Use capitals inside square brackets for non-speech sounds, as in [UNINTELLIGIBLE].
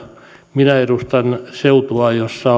minä edustan seutua jossa [UNINTELLIGIBLE]